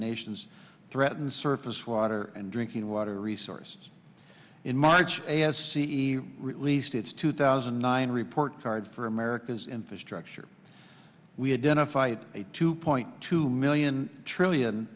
nation's threatened surface water and drinking water resources in march as c e released its two thousand and nine report card for america's infrastructure we had in a fight a two point two million trillion